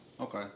Okay